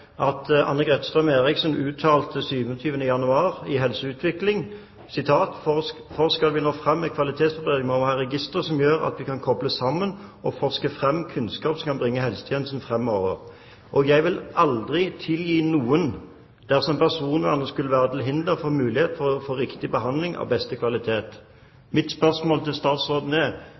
i utvikling»: «Skal vi nå frem med kvalitetsforbedring, så må vi ha registre som gjør at vi kan koble informasjon og forske fram kunnskap som kan bringe helsetjenesten framover.» Og: «Jeg ville aldri tilgi noen dersom personvernet skulle være til hinder for muligheten til å få riktig behandling av beste kvalitet.» Mitt spørsmål til statsråden er: